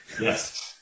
Yes